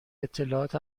اطلاعات